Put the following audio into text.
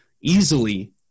easily